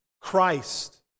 Christ